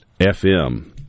FM